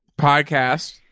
Podcast